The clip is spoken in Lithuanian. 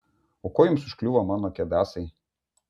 o kuo jums užkliuvo mano kedasai